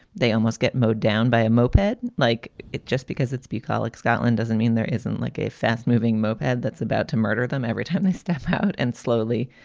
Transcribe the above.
they almost get mowed down by a moped like it. just because it's bucolic scotland doesn't mean there isn't like a fast moving moped that's about to murder them. every time i step out and slowly,